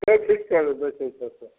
बैसै छथि तऽ